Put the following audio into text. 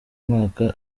mwaka